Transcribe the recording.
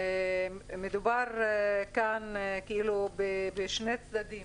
זה נשמע כאילו יש כאן שני צדדים: